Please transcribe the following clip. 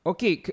Okay